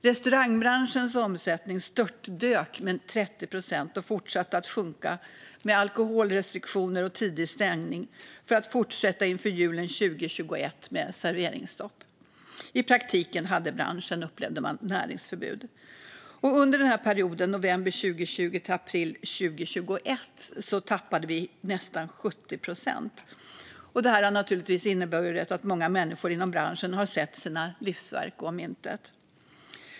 Restaurangbranschens omsättning störtdök med 30 procent och fortsatte att sjunka i och med alkoholrestriktioner och tidig stängning för att fortsätta inför julen 2021 med serveringsstopp. I praktiken hade branschen, upplevde man, näringsförbud. Under perioden november 2020-april 2021 tappade vi nästan 70 procent. Det här har naturligtvis inneburit att många människor inom branschen har sett sina livsverk gå om intet.